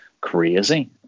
crazy